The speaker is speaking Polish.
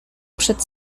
przed